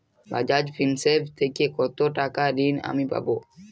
বাজাজ ফিন্সেরভ থেকে কতো টাকা ঋণ আমি পাবো?